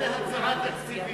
הצעה תקציבית.